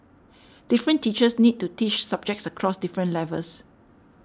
different teachers need to teach subjects across different levels